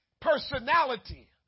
personality